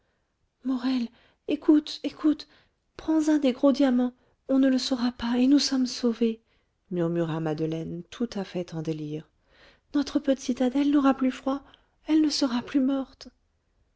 morel écoute écoute prends un des gros diamants on ne le saura pas et nous sommes sauvés murmura madeleine tout à fait en délire notre petite adèle n'aura plus froid elle ne sera plus morte